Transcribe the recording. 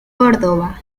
córdoba